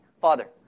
Father